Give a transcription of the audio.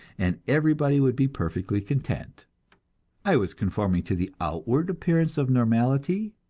and everybody would be perfectly content i was conforming to the outward appearance of normality,